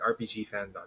rpgfan.com